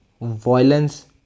violence